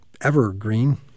evergreen